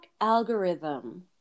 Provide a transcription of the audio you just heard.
algorithm